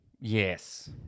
Yes